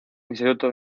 instituto